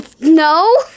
No